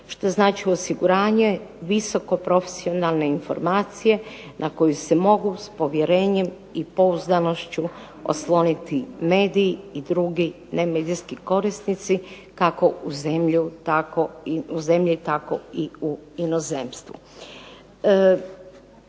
Što znači osiguranje visoko profesionalne informacije na koju se mogu s povjerenjem i pouzdanošću osloniti mediji i drugi nemedijski korisnici kako u zemlji tako i u inozemstvu.